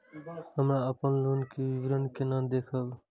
हमरा अपन लोन के विवरण केना देखब?